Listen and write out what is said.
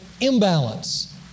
imbalance